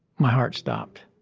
my heart stopped.